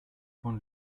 von